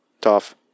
tough